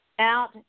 out